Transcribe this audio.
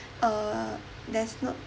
err there's no